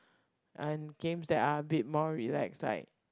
and games that are a bit more relax like